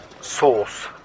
sauce